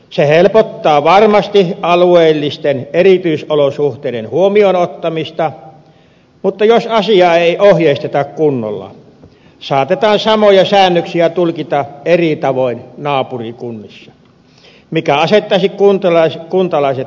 se helpottaa varmasti alueellisten erityisolosuhteiden huomioon ottamista mutta jos asiaa ei ohjeisteta kunnolla saatetaan samoja säännöksiä tulkita eri tavoin naapurikunnissa mikä asettaisi kuntalaiset eriarvoiseen asemaan